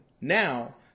now